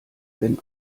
wenn